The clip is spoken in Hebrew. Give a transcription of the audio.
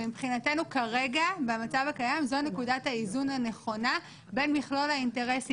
ומבחינתנו כרגע במצב הקיים זו נקודת האיזון הנכונה בין מכלול האינטרסים.